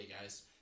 guys